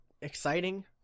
exciting